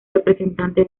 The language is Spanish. representante